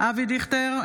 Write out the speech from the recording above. אבי דיכטר,